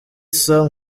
song